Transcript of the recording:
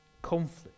conflict